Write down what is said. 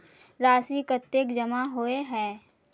राशि कतेक जमा होय है?